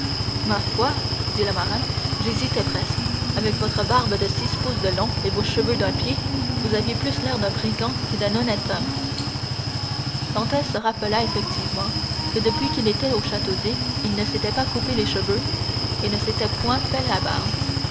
ma foi dit le marin j'hésitais presque avec votre barbe de six pouces de long et vos cheveux d'un pied vous aviez plus l'air d'un brigand que d'un honnête homme dantès se rappela effectivement que depuis qu'il était au château d'if il ne s'était pas coupé les cheveux et ne s'était point fait la barbe